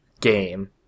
game